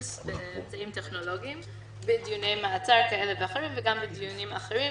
באמצעים טכנולוגיים בדיוני מעצר כאלה ואחרים וגם בדיונים אחרים,